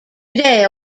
today